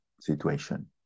situation